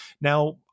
Now